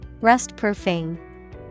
Rust-proofing